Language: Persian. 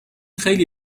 خیلی